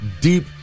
deep